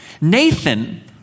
Nathan